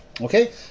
Okay